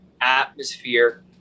atmosphere